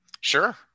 sure